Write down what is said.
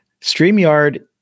StreamYard